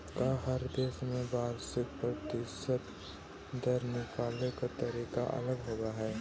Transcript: का हर देश में वार्षिक प्रतिशत दर निकाले के तरीका अलग होवऽ हइ?